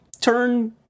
turn